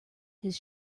his